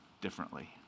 differently